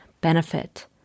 benefit